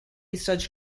such